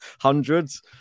Hundreds